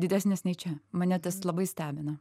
didesnis nei čia mane tas labai stebina